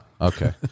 Okay